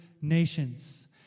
nations